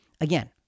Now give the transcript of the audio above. Again